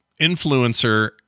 influencer